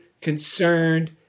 concerned